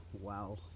Wow